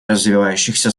развивающихся